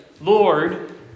Lord